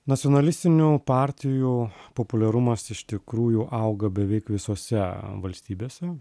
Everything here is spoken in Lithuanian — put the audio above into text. nacionalistinių partijų populiarumas iš tikrųjų auga beveik visose valstybėse